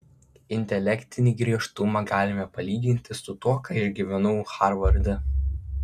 intelektinį griežtumą galime palyginti su tuo ką išgyvenau harvarde